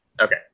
Okay